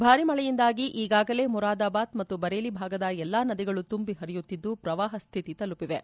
ಭಾರೀ ಮಳೆಯಿಂದಾಗಿ ಈಗಾಗಲೇ ಮೊರಾದಾಬಾದ್ ಮತ್ತು ಬರೇಲಿ ಭಾಗದ ಎಲ್ಲಾ ನದಿಗಳು ತುಂಬಿ ಹರಿಯುತ್ತಿದ್ದು ಪ್ರವಾಹ ಸ್ಥಿತಿ ತಲುಪಿವೆ